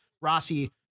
Rossi